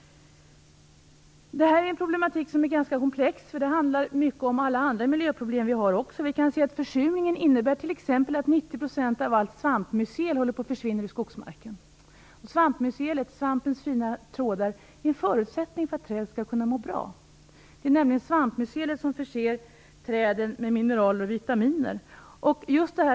Det är en problematik som är ganska komplex. Det handlar också mycket om alla andra miljöproblem vi har. Försurningen innebär t.ex. att 90 % av allt svampmycel håller på att försvinna ur skogsmarken. Svampmycelet, svampens fina trådar, är en förutsättning för att träden skall kunna må bra. Det är nämligen svampmycelet som förser träden med mineraler och vitaminer.